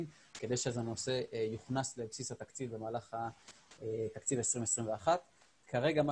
כדי שהנושא יוכנס לבסיס התקציב במהלך תקציב 2021. כרגע מה